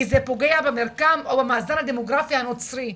כי זה פוגע במרקם או במאזן הדמוגרפי הנוצרי.